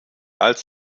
als